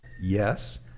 Yes